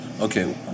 Okay